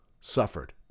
suffered